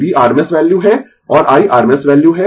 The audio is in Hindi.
V rms वैल्यू है और I rms वैल्यू है